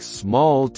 small